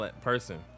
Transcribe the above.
person